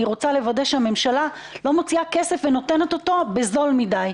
אני רוצה לוודא שהממשלה לא מוציאה כסף ונותנת אותו בזול מדי,